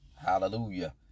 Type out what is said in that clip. Hallelujah